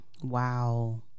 Wow